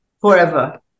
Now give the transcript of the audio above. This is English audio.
forever